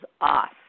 off